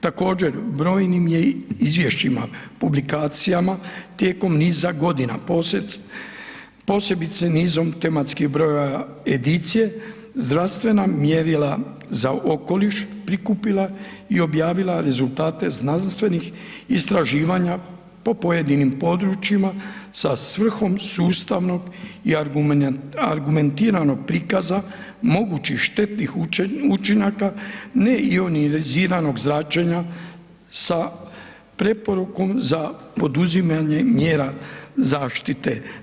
Također brojnim je izvješćima, publikacijama tijekom niza godina posebice nizom tematskim brojeva edicije zdravstvena mjerila za okoliš prikupila i objavila rezultate znanstvenih istraživanja po pojedinim područjima sa svrhom sustavnog i argumentiranog prikaza mogućih štetnih učinaka neioniziranog zračenja sa preporukom za poduzimanjem mjera zaštite.